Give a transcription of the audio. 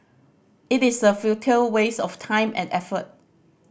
it is a futile waste of time and effort